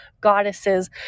goddesses